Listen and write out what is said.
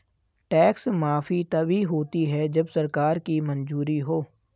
tax माफी तभी होती है जब सरकार की मंजूरी हो